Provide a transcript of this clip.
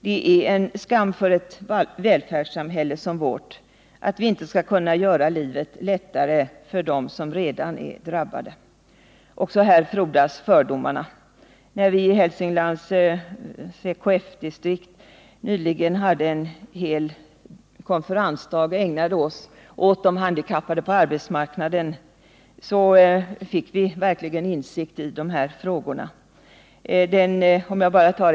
Det är en skam för ett välfärdssamhälle som vårt att vi inte skall kunna göra livet lättare för dem som redan är drabbade. Också här frodas fördomarna. När vi i Hälsinglands CKF-distrikt nyligen ägnade en hel konferensdag åt de handikappades situation på arbetsmarknaden, fick vi verkligen insikt i deras förhållanden.